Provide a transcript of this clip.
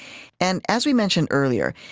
and as we mentioned earlier,